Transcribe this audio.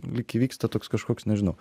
lyg įvyksta toks kažkoks nežinau